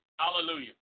Hallelujah